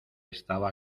estaba